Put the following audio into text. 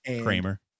kramer